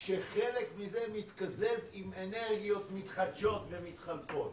כשחלק מזה מתקזז עם אנרגיות מתחדשות ומתחלפות